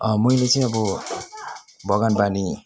मैले चाहिँ अब बगानबानी